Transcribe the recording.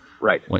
Right